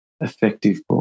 effective